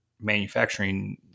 manufacturing